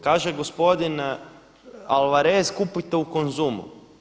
Kaže gospodin Alvarez kupujte u Konzumu.